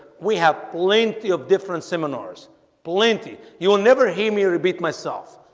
we have plenty of different seminars plenty you will never hear me repeat myself.